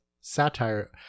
satire